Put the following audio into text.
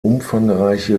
umfangreiche